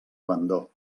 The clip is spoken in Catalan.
abandó